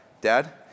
dad